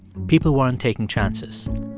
people weren't taking chances.